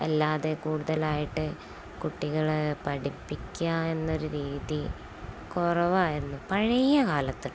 അല്ലാതെ കൂടുതലായിട്ടു കുട്ടികളെ പഠിപ്പിക്കുക എന്നൊരു രീതി കുറവായിരുന്നു പഴയ കാലത്ത്